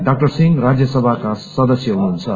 doctor Singh राज्सभाका सदस्य हुनुहुन्छ